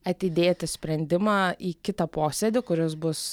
atidėti sprendimą į kitą posėdį kuris bus